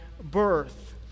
birth